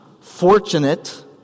fortunate